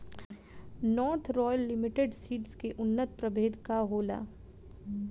North royal limited seeds के उन्नत प्रभेद का होला?